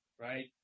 Right